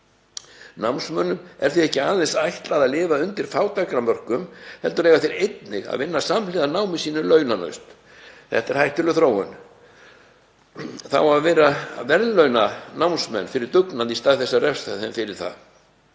Námsmönnum er því ekki aðeins ætlað að lifa undir fátæktarmörkum heldur eiga þeir einnig að vinna samhliða námi launalaust. Þetta er hættuleg þróun. Það á að verðlauna námsmenn fyrir dugnað, í stað þess að refsa þeim fyrir.